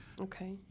Okay